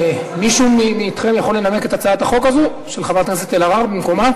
מישהו מכם יכול לנמק את הצעת החוק הזו של חברת הכנסת אלהרר במקומה?